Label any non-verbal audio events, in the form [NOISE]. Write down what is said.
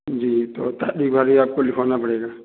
जी तो [UNINTELLIGIBLE] आपको लिखवाना पड़ेगा